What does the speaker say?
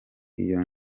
iyo